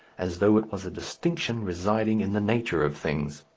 as though it was a distinction residing in the nature of things.